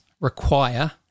require